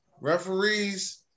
Referees